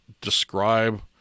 describe